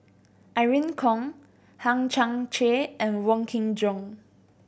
Irene Khong Hang Chang Chieh and Wong Kin Jong